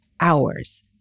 hours